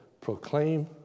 proclaim